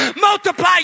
multiply